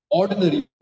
ordinary